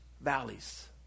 valleys